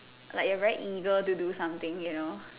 like a very eager to do something you know